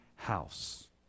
house